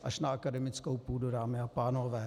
Až na akademickou půdu, dámy a pánové.